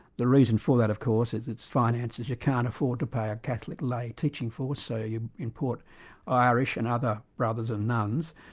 the reason for that of course, it's it's finances, you can't afford to pay a catholic lay teaching force, so you import irish and other brothers and nuns,